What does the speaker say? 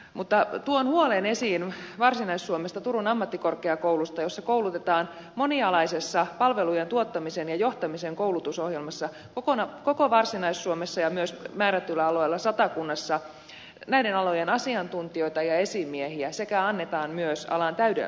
mutta tuon esiin huolen varsinais suomesta turun ammattikorkeakoulusta jossa koulutetaan monialaisessa palvelujen tuottamisen ja johtamisen koulutusohjelmassa koko varsinais suomessa ja myös määrätyillä alueilla satakunnassa näiden alojen asiantuntijoita ja esimiehiä sekä annetaan myös alan täydennyskoulutusta